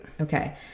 okay